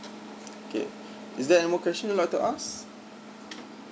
okay is there anymore question you'd like to ask